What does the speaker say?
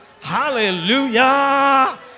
Hallelujah